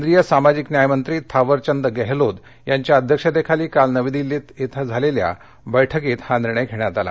केंद्रीय सामाजिक न्यायमंत्री थावरचंद गहलोत यांच्या अध्यक्षतेखाली काल नवीदिल्ली कें झालेल्या बैठकीत हा निर्णय घेण्यात आला